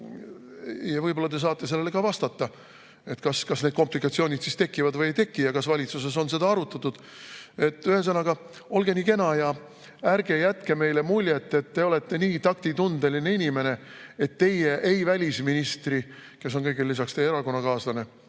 Võib-olla te saate sellele ka vastata, kas need komplikatsioonid tekivad või ei teki ja kas valitsuses on seda arutatud. Ühesõnaga, olge nii kena ja ärge jätke meile muljet, et te olete nii taktitundeline inimene, et teie ei välisministri, kes on kõigele lisaks teie erakonnakaaslane